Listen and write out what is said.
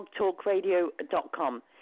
blogtalkradio.com